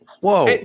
whoa